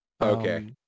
okay